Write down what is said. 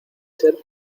ser